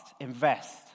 invest